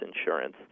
insurance